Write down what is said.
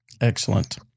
Excellent